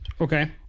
Okay